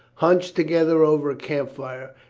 hunched together over a camp-fire,